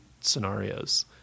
scenarios